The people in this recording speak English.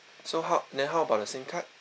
so how then how about the SIM card